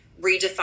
redefine